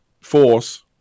force